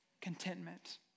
contentment